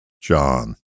John